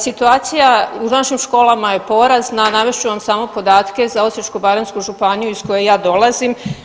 Situacija u našim školama je porazna, navest ću vam samo podatke za Osječko-baranjsku županiju iz koje ja dolazim.